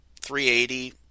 380